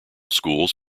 schools